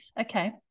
Okay